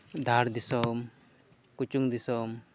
ᱫᱷᱟᱲ ᱫᱤᱥᱚᱢ ᱩᱪᱩᱝ ᱫᱤᱥᱚᱢ